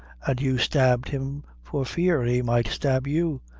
and you stabbed him for fear he might stab you.